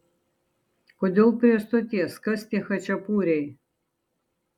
kodėl prie stoties kas tie chačapuriai